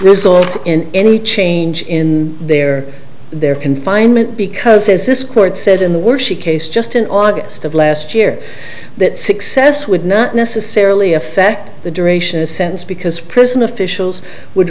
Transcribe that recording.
result in any change in their their confinement because as this court said in the war she case just in august of last year that success would not necessarily affect the duration is sense because prison officials would